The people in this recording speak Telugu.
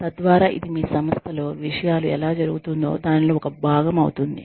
తద్వారా ఇది మీ సంస్థలో విషయాలు ఎలా జరుగుతుందో దానిలో ఒక భాగం అవుతుంది